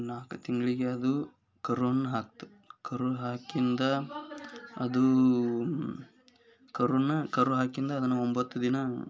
ನಾಲ್ಕು ತಿಂಗಳಿಗೆ ಅದು ಕರುನ ಹಾಕಿತು ಕರುನ ಹಾಕಿದ ಅದು ಕರುನ ಕರು ಹಾಕಿದ ಅದನ್ನು ಒಂಬತ್ತು ದಿನ